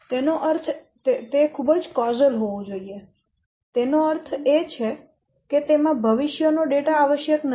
તે ખૂબ જ કોઝલ હોવું જોઈએ તેનો અર્થ એ છે કે તેમાં ભવિષ્ય નો ડેટા આવશ્યક નથી